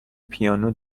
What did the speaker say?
پیانو